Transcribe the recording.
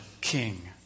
king